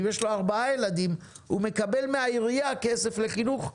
אם יש לו 4 ילדים הוא מקבל מהעירייה כסף לחינוך,